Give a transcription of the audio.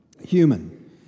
human